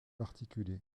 articulée